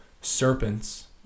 serpents